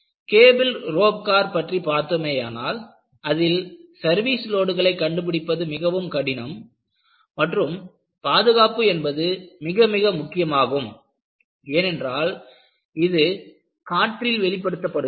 cable rope car பற்றி பார்த்தோமேயானால் அதில் சர்வீஸ் லோடுகளை கண்டுபிடிப்பது மிகவும் கடினம் மற்றும் பாதுகாப்பு என்பது மிக மிக முக்கியமாகும் ஏனென்றால் இது காற்றில் வெளிப்படுத்தப்படுகிறது